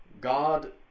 God